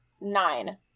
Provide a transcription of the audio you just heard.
nine